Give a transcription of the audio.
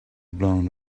blown